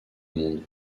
monde